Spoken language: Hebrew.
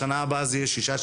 בשנה הבאה זה יהיה שישה-שבעה,